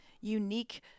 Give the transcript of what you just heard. unique